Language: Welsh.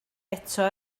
eto